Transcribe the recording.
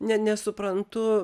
ne nesuprantu